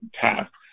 tasks